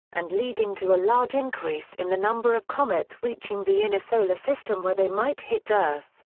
and leading to a large increase in the number of comets reaching the inner solar system where they might hit earth.